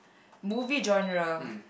movie genre